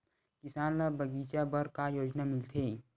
किसान ल बगीचा बर का योजना मिलथे?